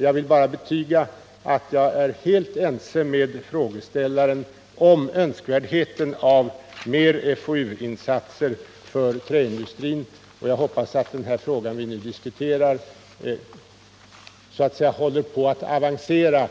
Jag vill bara betyga att jag är helt ense med frågeställaren om önskvärdheten av mer FoU-insatser för träindustrin. Jag hoppas att den fråga vi nu diskuterar håller på att avancera.